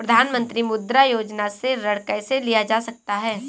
प्रधानमंत्री मुद्रा योजना से ऋण कैसे लिया जा सकता है?